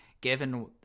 given